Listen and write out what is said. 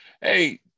hey